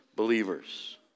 believers